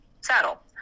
saddle